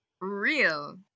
real